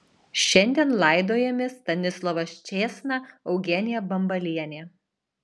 šiandien laidojami stanislovas čėsna eugenija bambalienė